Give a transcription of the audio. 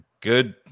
good